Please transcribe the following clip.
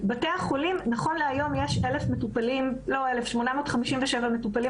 נכון להיום יש בבתי החולים 857 מטופלים